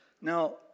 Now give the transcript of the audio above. Now